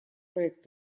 проект